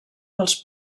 dels